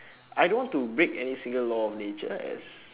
I don't want to break any single law of nature as